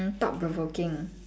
thought provoking